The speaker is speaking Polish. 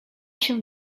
się